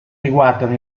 riguardano